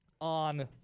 on